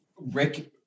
Rick